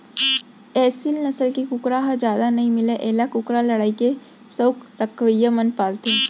एसील नसल के कुकरा ह जादा नइ मिलय एला कुकरा लड़ई के सउख रखवइया मन पालथें